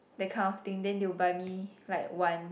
that kind of thing then you buy me like one